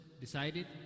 decided